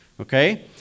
okay